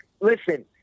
listen